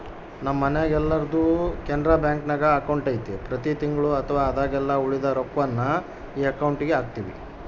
ನಮ್ಮ ಮನೆಗೆಲ್ಲರ್ದು ಕೆನರಾ ಬ್ಯಾಂಕ್ನಾಗ ಅಕೌಂಟು ಐತೆ ಪ್ರತಿ ತಿಂಗಳು ಅಥವಾ ಆದಾಗೆಲ್ಲ ಉಳಿದ ರೊಕ್ವನ್ನ ಈ ಅಕೌಂಟುಗೆಹಾಕ್ತಿವಿ